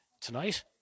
tonight